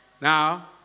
Now